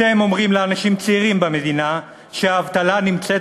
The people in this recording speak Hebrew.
אתם אומרים לאנשים צעירים במדינה שהמדינה נמצאת